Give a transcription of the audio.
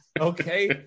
okay